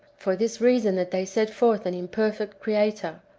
for this reason that they set forth an im perfect creator,